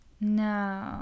No